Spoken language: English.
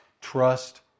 Trust